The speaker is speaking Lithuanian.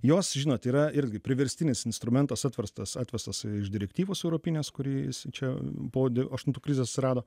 jos žinot yra irgi priverstinis instrumentas atverstas atvestas iš direktyvos europinės kurį jis čia po aštuntų krizės atsirado